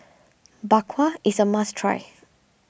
Bak Kwa is a must try